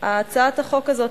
הצעת החוק הזאת,